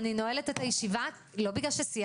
אני נועלת את הישיבה לא כי סיימנו.